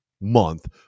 Month